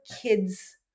kids